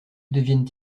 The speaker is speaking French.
deviennent